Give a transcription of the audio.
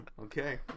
Okay